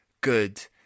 good